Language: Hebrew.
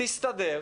תסתדר.